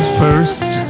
first